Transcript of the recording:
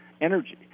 energy